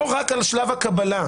לא רק על שלב הקבלה.